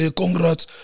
congrats